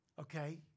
okay